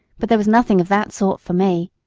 but there was nothing of that sort for me.